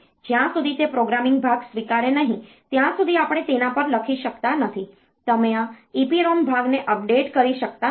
જ્યાં સુધી તે પ્રોગ્રામિંગ ભાગ સ્વીકારે નહીં ત્યાં સુધી આપણે તેના પર લખી શકતા નથી તમે આ EPROM ભાગને અપડેટ કરી શકતા નથી